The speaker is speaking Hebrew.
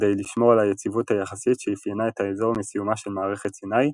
כדי לשמור על היציבות היחסית שאפיינה את האזור מסיומה של מערכת סיני,